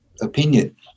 opinion